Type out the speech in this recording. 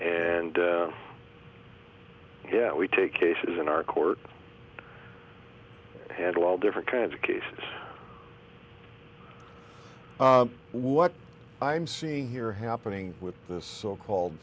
and yet we take cases in our court handle all different kinds of cases what i'm seeing here happening with this so called